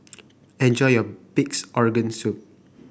enjoy your Pig's Organ Soup